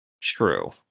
True